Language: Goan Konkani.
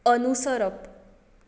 अनुसरप